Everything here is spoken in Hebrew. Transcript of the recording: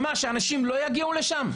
שאנשים לא יגיעו לשם?